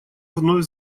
вновь